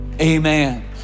Amen